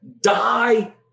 die